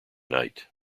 night